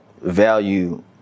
value